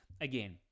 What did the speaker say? again